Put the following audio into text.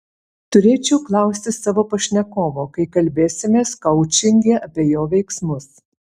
turėčiau klausti savo pašnekovo kai kalbėsimės koučinge apie jo veiksmus